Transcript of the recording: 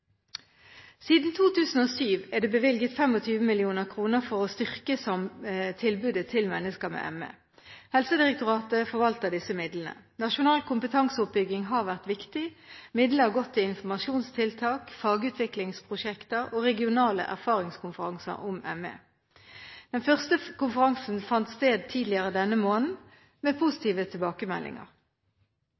Siden 2007 er det bevilget 25 mill. kr til å styrke tilbudet til mennesker med ME. Helsedirektoratet forvalter disse midlene. Nasjonal kompetanseoppbygging har vært viktig. Midlene har gått til informasjonstiltak, fagutviklingsprosjekter og regionale erfaringskonferanser om ME. Den første konferansen fant sted tidligere denne måneden, med positive tilbakemeldinger.